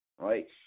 Right